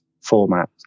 format